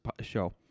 show